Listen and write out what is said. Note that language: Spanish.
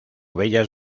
bellas